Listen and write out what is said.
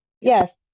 Yes